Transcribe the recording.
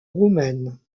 roumaine